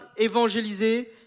évangéliser